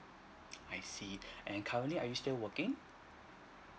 I see and currently are you still working